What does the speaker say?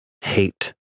Hate